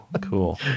cool